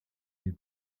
des